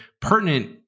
pertinent